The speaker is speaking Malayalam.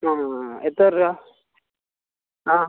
ആ ആ ആ എത്ര രൂപ ആ